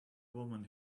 woman